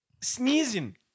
sneezing